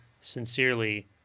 sincerely